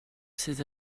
ces